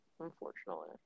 Unfortunately